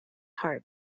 heart